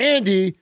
Andy